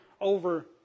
over